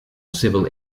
civil